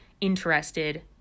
interested